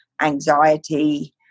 anxiety